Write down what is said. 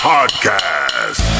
Podcast